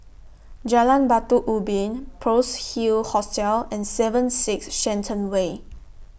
Jalan Batu Ubin Pearl's Hill Hostel and seven six Shenton Way